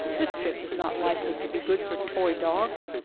this trip is not likely to be good for toy-dogs.